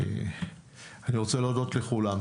אני רוצה להודות לכולם.